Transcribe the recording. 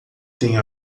tem